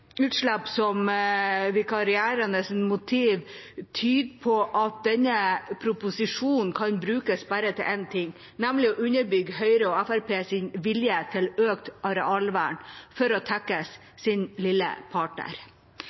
som vikarierende motiv, tyder på at denne proposisjonen kan brukes til bare én ting, nemlig å underbygge Høyre og Fremskrittspartiets vilje til økt arealvern for å tekkes sin lille partner.